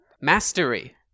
Mastery